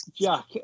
Jack